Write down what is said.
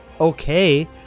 okay